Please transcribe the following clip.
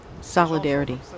solidarity